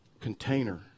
container